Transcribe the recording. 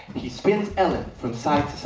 he spins ellen from side